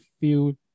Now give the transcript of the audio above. feel